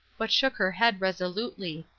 but shook her head resolutely,